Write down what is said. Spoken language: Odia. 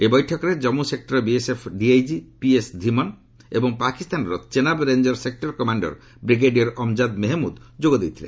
ଏହି ବୈଠକରେ ଜନ୍ମୁ ସେକ୍ଟରର ବିଏସ୍ଏଫ୍ ଡିଆଇଜି ପିଏସ୍ ଧିମନ୍ ଏବଂ ପାକିସ୍ତାନର Chenab ranger sector commander brigadier Amjad Mehmood ଯୋଗ ଦେଇଥିଲେ